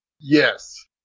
Yes